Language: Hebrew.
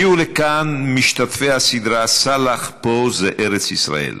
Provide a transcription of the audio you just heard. הגיעו לכאן משתתפי הסדרה סאלח, פה זה ארץ ישראל,